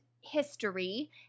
history